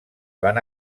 van